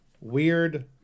weird